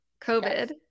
COVID